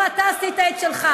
לא, אתה עשית את שלך.